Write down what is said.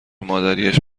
مادریاش